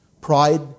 Pride